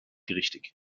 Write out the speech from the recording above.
richtig